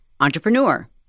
entrepreneur